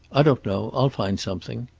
i don't know. i'll find something.